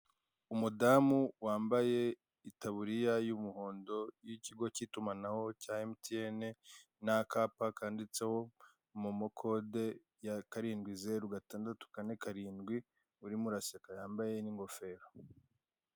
Umudamu wambaye itaburiya y'umuhondo y'ikigo k'itumanaho cya emutiyeni n'akapa kanditseho momo kode ya karindwi zeru gatandatu kane karindwi urimo uraseka wambaye n'ingofero.